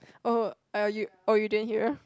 oh are you oh you didn't hear